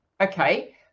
okay